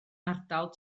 ardal